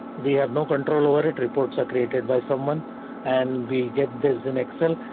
we have no control over, it reports are created by someone and we get this in excel.